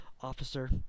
officer